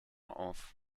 auf